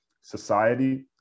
society